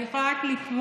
אז אני יכולה רק לתמוה: